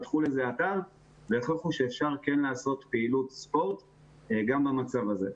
פתחו אתר והוכיחו שאפשר לעשות פעילות ספורט גם במצב הזה.